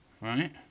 right